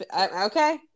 okay